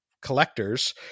collectors